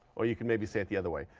or you could maybe say it the other way,